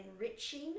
enriching